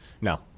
No